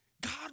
God